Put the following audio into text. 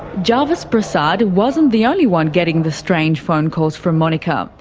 jarvis prasad wasn't the only one getting the strange phone calls from monika. um